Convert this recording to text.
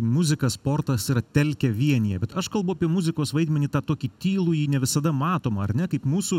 muzika sportas yra telkia vienija bet aš kalbu apie muzikos vaidmenį tą tokį tylųjį ne visada matomą ar ne kaip mūsų